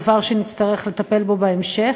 דבר שנצטרך לטפל בו בהמשך.